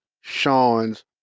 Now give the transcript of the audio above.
sean's